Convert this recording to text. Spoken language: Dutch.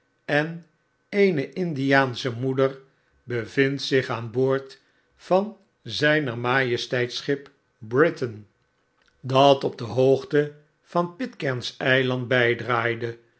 en eene indiaansche moeder bevindt zich aan boord van zgner majesteits schip briton dat op de hoogte van pitcairn's eiland bgdraaide